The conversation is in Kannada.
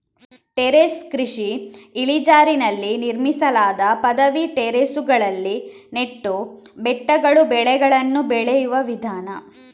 ಟೆರೇಸ್ ಕೃಷಿ ಇಳಿಜಾರಿನಲ್ಲಿ ನಿರ್ಮಿಸಲಾದ ಪದವಿ ಟೆರೇಸುಗಳಲ್ಲಿ ನೆಟ್ಟು ಬೆಟ್ಟಗಳು ಬೆಳೆಗಳನ್ನು ಬೆಳೆಯುವ ವಿಧಾನ